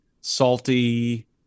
salty